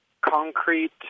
concrete